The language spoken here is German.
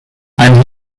ein